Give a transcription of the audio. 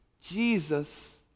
Jesus